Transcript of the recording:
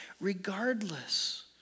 regardless